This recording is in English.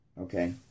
Okay